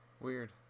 Weird